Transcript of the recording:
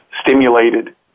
stimulated